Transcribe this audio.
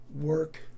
work